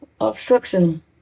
obstruction